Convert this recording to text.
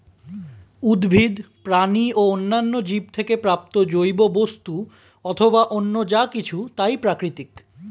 উদ্ভিদ, প্রাণী ও অন্যান্য জীব থেকে প্রাপ্ত জৈব বস্তু অথবা অন্য যা কিছু তাই প্রাকৃতিক